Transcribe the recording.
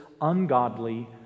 ungodly